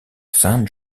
saint